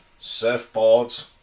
Surfboards